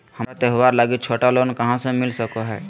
हमरा त्योहार लागि छोटा लोन कहाँ से मिल सको हइ?